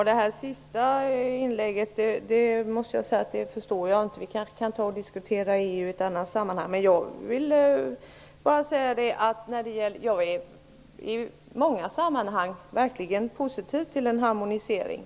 Herr talman! Det sista inlägget förstår jag inte. Vi kanske kan diskutera EU i ett annat sammanhang. I många sammanhang är jag verkligt positiv till en harmonisering.